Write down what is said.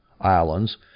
islands